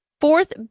fourth